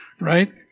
right